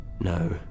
No